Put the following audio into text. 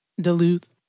Duluth